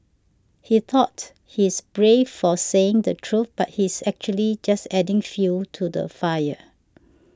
he thought he's brave for saying the truth but he's actually just adding fuel to the fire